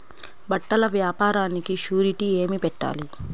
బట్టల వ్యాపారానికి షూరిటీ ఏమి పెట్టాలి?